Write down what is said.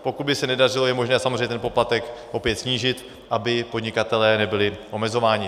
Pokud by se nedařilo, je možné samozřejmě ten poplatek opět snížit, aby podnikatelé nebyli omezováni.